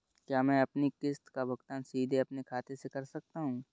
क्या मैं अपनी किश्त का भुगतान सीधे अपने खाते से कर सकता हूँ?